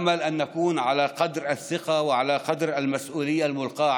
תודה על האמון שנתתם בנו.